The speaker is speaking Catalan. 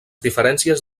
diferències